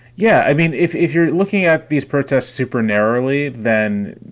yeah, i mean, if if you're looking at these protests super narrowly, then,